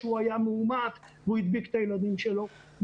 מאומת שהדביק את הילדים שבאו לבית הספר,